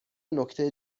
نکته